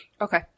Okay